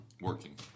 Working